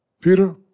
Peter